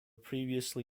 previously